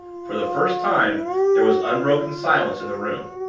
for the first time there was unbroken silence in the room.